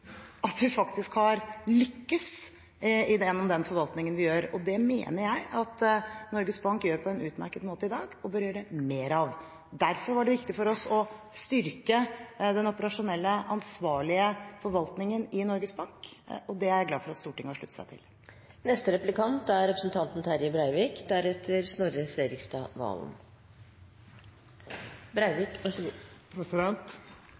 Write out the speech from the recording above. at vi faktisk har lyktes gjennom den forvaltningen vi gjør, og det mener jeg at Norges Bank gjør på en utmerket måte i dag, og bør gjøre mer av. Derfor var det viktig for oss å styrke den operasjonelle ansvarlige forvaltningen i Norges Bank, og det er jeg glad for at Stortinget har sluttet seg til.